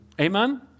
Amen